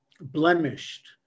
blemished